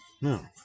No